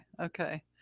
okay